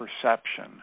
perception